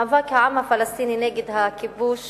מאבק העם הפלסטיני נגד הכיבוש